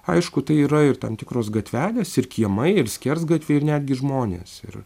aišku tai yra ir tam tikros gatvelės ir kiemai ir skersgatviai ir netgi žmonės ir